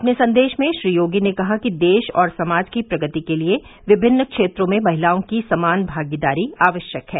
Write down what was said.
अपने संदेश में श्री योगी ने कहा कि देश और समाज की प्रगति के लिए विभिन्न क्षेत्रों में महिलाओं की समान भागीदारी आवश्यक है